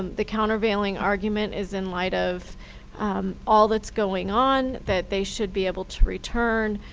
the countervailing argument is in light of all that's going on that they should be able to return